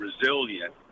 resilient